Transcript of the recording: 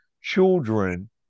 children